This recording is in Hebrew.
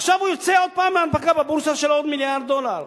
עכשיו הוא יוצא עוד פעם בהנפקה בבורסה של עוד מיליארד דולר.